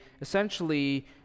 essentially